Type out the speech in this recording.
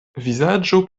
vizaĝo